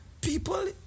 People